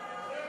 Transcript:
ההצעה